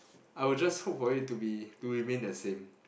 I'll just hope for it to be to remain the same